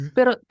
Pero